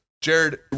Jared